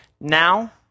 Now